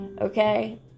Okay